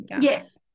yes